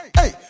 hey